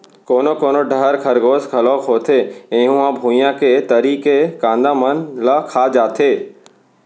कोनो कोनो डहर खरगोस घलोक होथे ऐहूँ ह भुइंया के तरी के कांदा मन ल खा जाथे